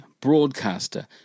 broadcaster